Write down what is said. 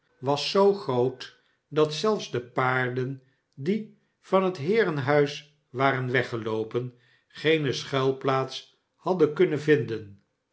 was zoo groot dat zelfs de paarden die van het heerenhuis waren weggeloopen geene schuilplaats hadden kunnen vinden